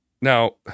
Now